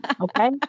Okay